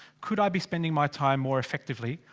could i be spending my time more effectively?